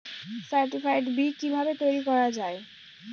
Certified বি কিভাবে তৈরি করা যায়?